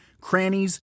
crannies